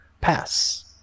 pass